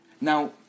Now